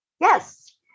Yes